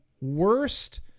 worst